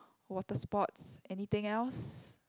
water sports anything else